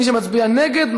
מי שמצביע נגד,